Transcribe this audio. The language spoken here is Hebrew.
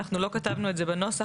אנחנו לא כתבנו את זה בנוסח,